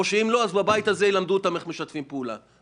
בבית הזה ילמדו אותם איך משתפים פעולה.